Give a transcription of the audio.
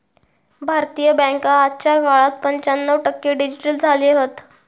भारतीय बॅन्का आजच्या काळात पंच्याण्णव टक्के डिजिटल झाले हत